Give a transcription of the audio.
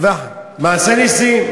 מעשה נסים.